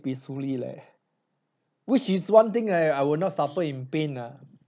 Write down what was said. peacefully leh which is one thing I I will not suffer in pain nah